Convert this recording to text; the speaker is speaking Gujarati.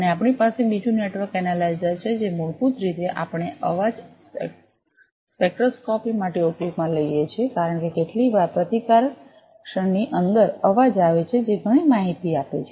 અને આપણી પાસે બીજું નેટવર્ક એનાલાયજાર છે જે મૂળભૂત રીતે આપણે અવાજ સ્પેક્ટ્રોસ્કોપીમાટે ઉપયોગમાં લઈએ છીએ કારણ કે કેટલીકવાર પ્રતિકાર ક્ષણની અંદર અવાજ આવે છે જે ઘણી માહિતી આપે છે